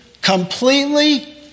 completely